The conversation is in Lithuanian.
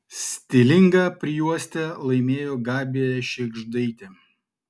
stilingą prijuostę laimėjo gabija šėgždaitė